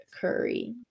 curry